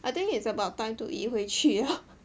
I think it's about time to 移回去了